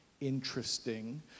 interesting